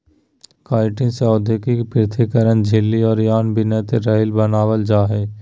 chitin से औद्योगिक पृथक्करण झिल्ली और आयन विनिमय राल बनाबल जा हइ